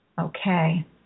Okay